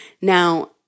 Now